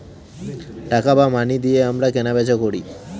টাকা বা মানি দিয়ে আমরা কেনা বেচা করি